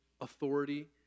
authority